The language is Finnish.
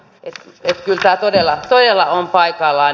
kyllä tämä todella on paikallaan